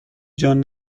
جان